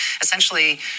essentially